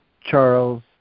Charles